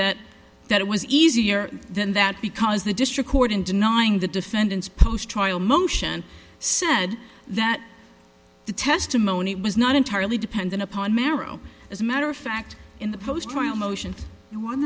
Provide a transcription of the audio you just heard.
that that it was easier than that because the district court in denying the defendants post trial motion said that the testimony was not entirely dependent upon marrow as a matter of fact in the post trial motions